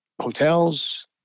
hotels